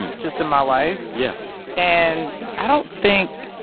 and just in my life yeah and i don't think